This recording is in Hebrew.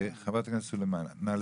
חברת הכנסת סלימאן, נא לסכם.